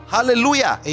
Hallelujah